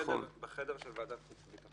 של ועדת החוץ והביטחון.